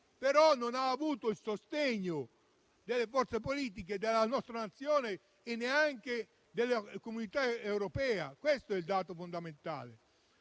ma non ha avuto il sostegno delle forze politiche della nostra Nazione e neanche della comunità europea. Questo è il dato fondamentale.